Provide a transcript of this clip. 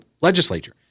legislature